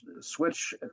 switch